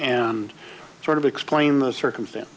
and sort of explain the circumstance